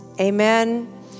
Amen